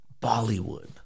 Bollywood